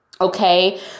okay